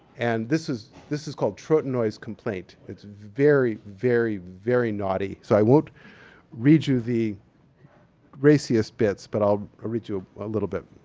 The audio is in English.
and this is this is called trotanoy's complaint. it's very, very, very naughty. so, i won't read you the raciest bits, but i'll read read you a little bit.